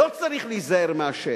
לא צריך להיזהר מהשד,